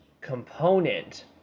component